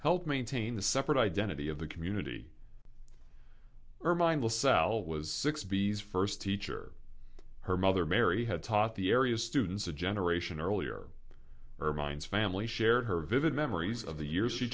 help maintain the separate identity of the community irvine will sell was six b s first teacher her mother mary had taught the area students a generation earlier or mines family shared her vivid memories of the years